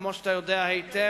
כמו שאתה יודע היטב,